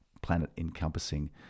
planet-encompassing